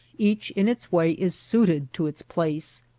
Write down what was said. each in its way is suited to its place,